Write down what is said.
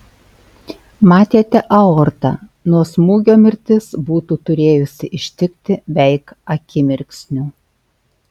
matėte aortą nuo smūgio mirtis būtų turėjusi ištikti veik akimirksniu